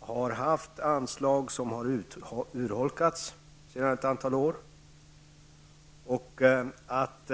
har haft anslag som under ett antal år har urholkats.